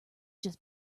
just